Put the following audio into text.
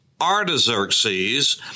Artaxerxes